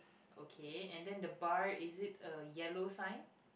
okay and then the bar is it a yellow sign